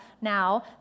now